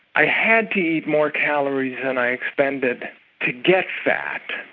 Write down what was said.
i had to eat more calories than i expended to get fat,